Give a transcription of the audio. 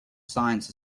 science